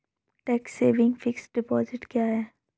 Tax saving fixed deposit क्या है?